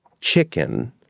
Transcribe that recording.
chicken